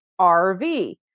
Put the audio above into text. RV